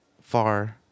far